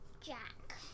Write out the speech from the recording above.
Jack